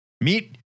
Meet